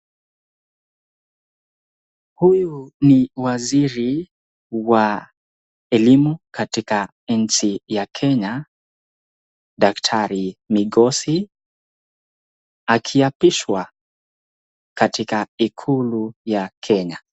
Huyu ni waziri wa elimu katika nchi ya Kenya ,daktari Mikosi akiapishwa katika ikulu ya Kenya.